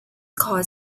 chord